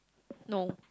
no